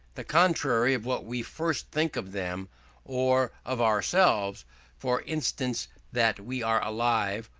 the contrary of what we first think of them or of ourselves for instance that we are alive,